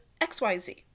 XYZ